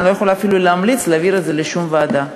לא יכולה אפילו להמליץ להעביר את זה לשום ועדה.